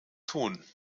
tun